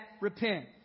repent